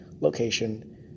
location